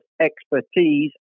expertise